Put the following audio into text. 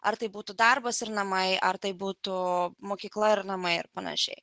ar tai būtų darbas ir namai ar tai būtų mokykla ir namaiir panašiai